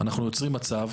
אנחנו יוצרים מצב.